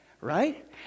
Right